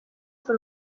per